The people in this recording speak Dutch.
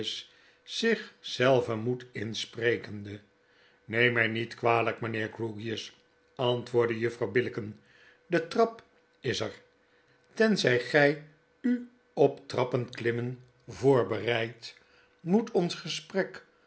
zich zelven moed insprekende neem mij niet kwalijk mgnheer grewgious antwoordde juffrouw billicken de trap is er tenzij gg u op trappenklimmen voorbereidt moet ons gesprek